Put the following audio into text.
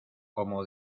como